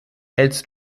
hältst